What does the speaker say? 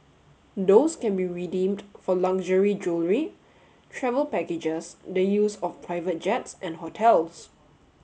those can be redeemed for luxury jewellery travel packages the use of private jets and hotels